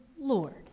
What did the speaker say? Lord